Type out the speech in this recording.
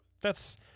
thats